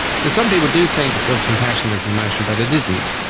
so some people do think of compassion as an emotion but it isn't,